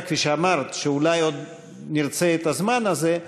כפי שאמרת: אולי עוד נרצה את הזמן הזה,